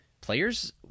players